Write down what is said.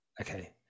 Okay